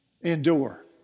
endure